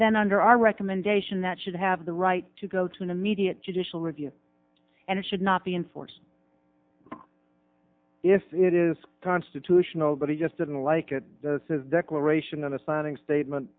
then under our recommendation that should have the right to go to an immediate judicial review and it should not be enforced if it is constitutional but he just didn't like it says declaration in a signing statement